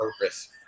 purpose